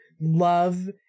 love